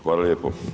Hvala lijepo.